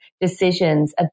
decisions